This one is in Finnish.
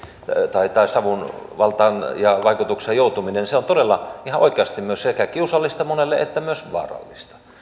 tai tai savun valtaan ja vaikutukseen joutuminen on todella ihan oikeasti sekä kiusallista monelle että myös vaarallista